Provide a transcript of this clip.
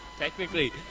Technically